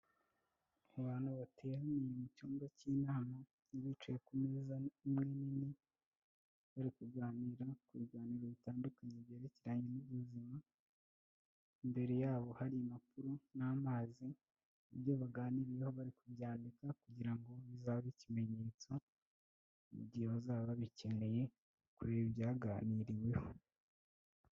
Abantu bateraniye mu cyumba cy'inama bicaye ku meza imwe nini bari kuganira ku biganiro bitandukanye byerekeranye n'ubuzima imbere yabo hari impapuro n'amazi ibyo baganiyeho bari kubyandika kugira ngo bizabe ikimenyetso mu gihe bazaba babikeneye kureba ibyaganiriweho.